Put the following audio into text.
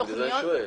בגלל זה אני שואל.